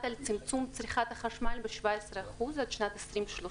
על צמצום צריכת החשמל ב-17% עד שנת 2030,